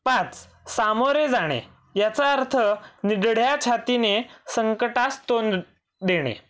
पाच सामोरे जाणे याचा अर्थ निधड्या छातीने संकटास तोंड देणे